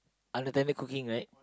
unattended cooking right